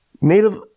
Native